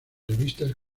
revistas